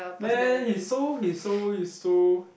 man he's so he's so he's so